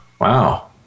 Wow